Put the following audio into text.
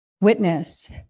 witness